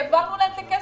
העברנו להם את הכסף,